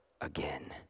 again